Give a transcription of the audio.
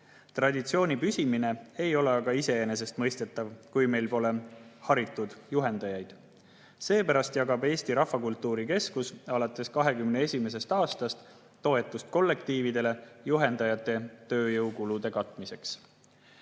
Traditsiooni püsimine ei ole aga iseenesestmõistetav, kui meil pole haritud juhendajaid. Seepärast on Eesti Rahvakultuuri Keskus alates 2021. aastast jaganud kollektiividele toetust nende juhendajate tööjõukulude katmiseks.